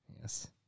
Yes